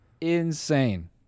insane